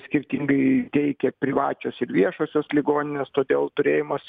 skirtingai teikia privačios ir viešosios ligoninės todėl turėjimas